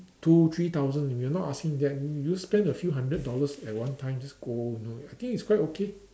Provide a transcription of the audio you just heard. two three thousand we are not asking them you spend a few hundred dollars at one time just go you know I think it's quite okay